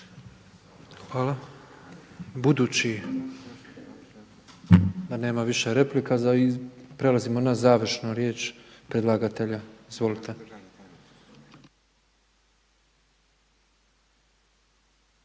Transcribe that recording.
Hvala. Budući da nema replika, prelazimo na završnu riječ predlagatelja. Izvolite.